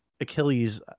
Achilles